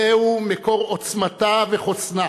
זהו מקור עוצמתה וחוסנה.